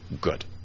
good